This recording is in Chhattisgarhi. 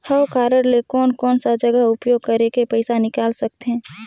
हव कारड ले कोन कोन सा जगह उपयोग करेके पइसा निकाल सकथे?